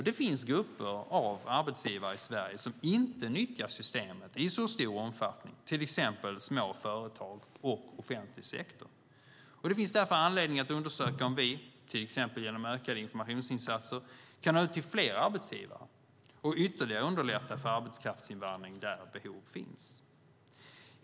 Det finns grupper av arbetsgivare i Sverige som inte nyttjar systemet i så stor omfattning, till exempel små företag och offentlig sektor. Det finns därför anledning att undersöka om vi, till exempel genom ökade informationsinsatser, kan nå ut till fler arbetsgivare och ytterligare underlätta för arbetskraftsinvandring där behov finns.